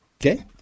Okay